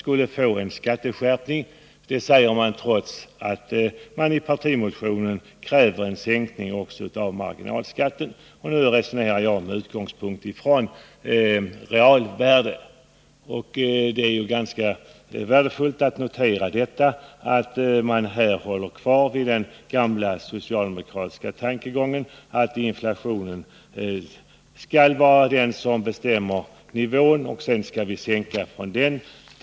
Det säger han trots att man i den socialdemokratiska partimotionen kräver en sänkning av marginalskatten. I mitt exempel utgår jag från oförändrade realvärden. Det är ganska värdefullt att notera att man här håller fast vid den gamla socialdemokratiska tankegången att inflationen skall vara den faktor som bestämmer nivån, och sedan skall vi företa sänkningar från den nivån.